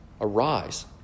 arise